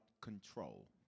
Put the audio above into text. control